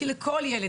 כי לכל ילד